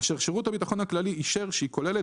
אשר שירות הביטחון הכללי אישר שהיא כוללת